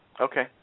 Okay